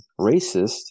racist